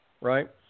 right